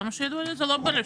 עד כמה שידוע לי, זה לא ברשומות.